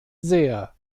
sehr